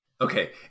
Okay